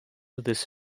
this